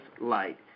light